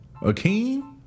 Akeem